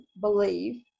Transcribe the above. believe